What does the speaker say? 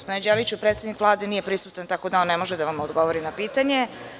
Gospodine Đeliću, predsednik Vlade nije prisutan, tako da on ne može da vam odgovori na pitanje.